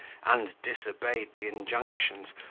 and disobeyed the injunctions,